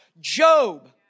Job